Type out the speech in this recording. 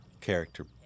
character